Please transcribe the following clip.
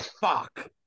Fuck